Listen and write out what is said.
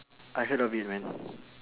I heard of it man